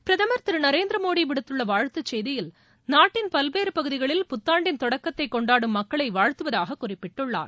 பிரதமர் திரு நரேந்திர மோடி விடுத்துள்ள வாழ்த்துச் செய்தியில் நாட்டின் பல்வேறு பகுதிகளில் புத்தாண்டின் தொடக்கத்தை கொண்டாடும் மக்களை வாழ்த்துவதாகக் குறிப்பிட்டுள்ளார்